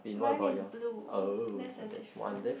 mine is blue that's a different